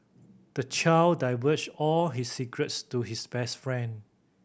the child divulged all his secrets to his best friend